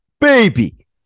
baby